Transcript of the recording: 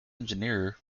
engineer